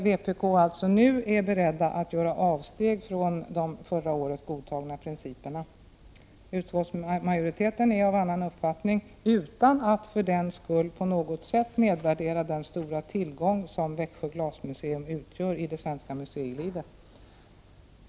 Vpk är nu berett att göra avsteg från de från förra året godtagna principerna. Utskottsmajoriteten är av annan uppfattning, utan att för den skull på något sätt nedvärdera den stora tillgång som Växjö glasmuseum utgör i det svenska museilivet.